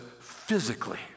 Physically